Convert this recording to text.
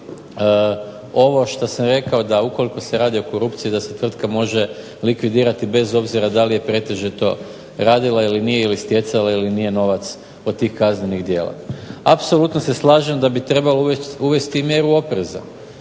ovo što sam rekao da ukoliko se radi o korupciji da se tvrtka može likvidirati bez obzira da li je pretežito radila ili nije ili stjecala ili nije novac od tih kaznenih djela. Apsolutno se slažem da bi trebalo uvesti mjeru opreza